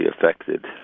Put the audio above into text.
affected